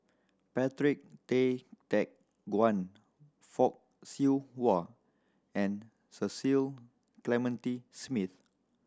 Patrick Tay Teck Guan Fock Siew Wah and Cecil Clementi Smith